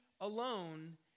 alone